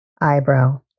Eyebrow